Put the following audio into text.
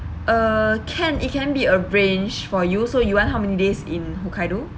uh can it can be arranged for you so you want how many days in hokkaido